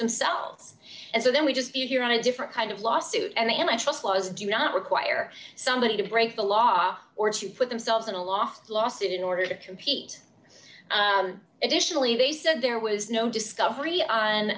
themselves and so then we just view here on a different kind of lawsuit and i trust laws do not require somebody to break the law or to put themselves in a loft lawsuit in order to compete additionally they said there was no discovery on